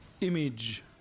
image